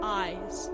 eyes